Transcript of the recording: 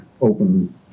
open